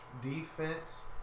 defense